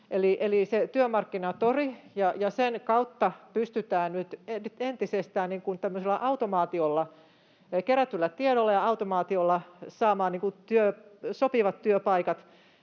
Työmarkkinatori. Sen kautta pystytään nyt entisestään automaatiolla, kerätyllä tiedolla ja automaatiolla, saamaan sopivat työpaikat